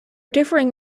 differing